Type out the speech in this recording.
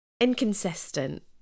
inconsistent